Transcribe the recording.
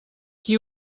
qui